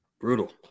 Brutal